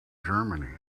germany